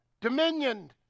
Dominion